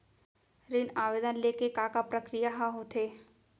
ऋण आवेदन ले के का का प्रक्रिया ह होथे?